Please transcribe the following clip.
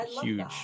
huge